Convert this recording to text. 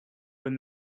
when